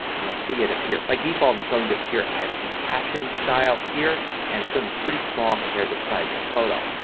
and you'll see it appear. by default it's going to appear as the caption style here and it's going to be pretty small as compared to the size of the photo.